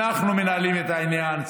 אנחנו מנהלים את העניין.